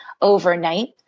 overnight